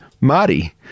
Marty